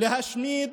להשמיד